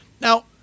now